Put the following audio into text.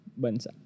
bansa